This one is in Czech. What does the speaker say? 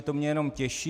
To mě jenom těší.